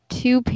two